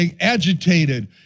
agitated